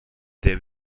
der